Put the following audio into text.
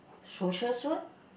social stress